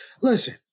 Listen